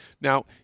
Now